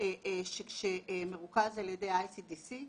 שמרוכז על ידי ה-ICDC,